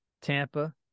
Tampa